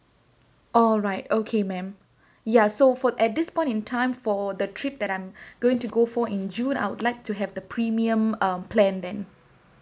alright okay ma'am yeah so for at this point in time for the trip that I'm going to go for in june I would like to have the premium um plan then